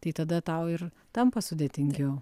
tai tada tau ir tampa sudėtingiau